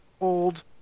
old